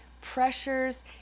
pressures